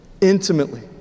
intimately